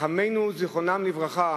חכמינו זיכרונם לברכה